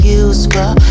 useful